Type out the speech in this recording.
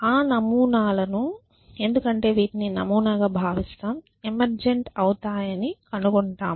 ఆ నమూనాలను ఎందుకంటే వీటిని నమూనాగా భావిస్తాము ఎమెర్జెన్ట్ అవుతాయని కనుగొంటాము